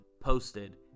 posted